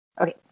Okay